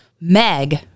Meg